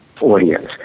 audience